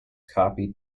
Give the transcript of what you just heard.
copied